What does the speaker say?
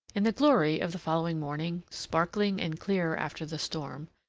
in the glory of the following morning, sparkling and clear after the storm,